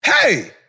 Hey